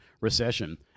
recession